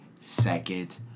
second